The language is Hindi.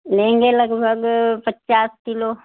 लेंगे लगभग पचास किलो